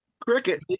Cricket